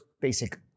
basic